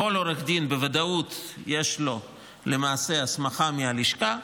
כל עורך דין, בוודאות יש לו למעשה הסמכה מהלשכה,